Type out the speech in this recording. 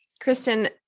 Kristen